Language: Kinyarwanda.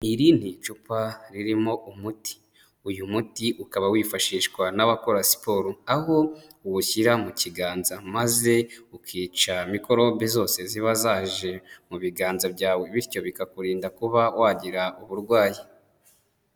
Iri ni icupa ririmo umuti. Uyu muti ukaba wifashishwa n'abakora siporo, aho uwushyira mu kiganza maze ukica mikorobe zose ziba zaje mu biganza byawe, bityo bikakurinda kuba wagira uburwayi.